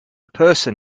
person